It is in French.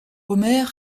homer